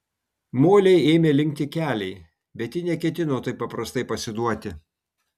molei ėmė linkti keliai bet ji neketino taip paprastai pasiduoti